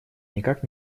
никак